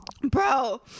Bro